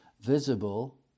visible